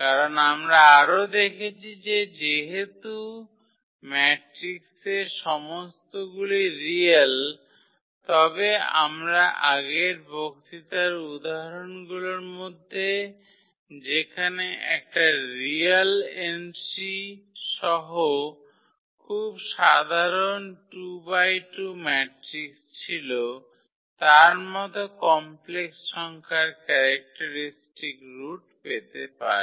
কারণ আমরা আরও দেখেছি যে যেহেতু ম্যাট্রিক্সের সমস্তগুলি রিয়েল তবে আমরা আগের বক্তৃতার উদাহরণগুলির মধ্যে যেখানে একটা রিয়াল এন্ট্রি সহ খুব সাধারণ 2 বাই 2 ম্যাট্রিক্স ছিল তার মত কমপ্লেক্স সংখ্যার ক্যারেক্টারিস্টিক রুট পেতে পারি